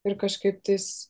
ir kažkaip tais